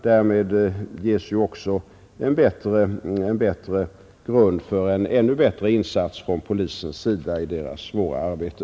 Därmed ges också 94 en bättre grund för ännu mera effektiva insatser av polispersonalen i dess svåra arbete.